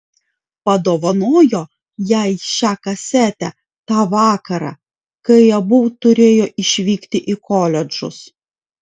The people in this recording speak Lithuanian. padovanojo jai šią kasetę tą vakarą kai abu turėjo išvykti į koledžus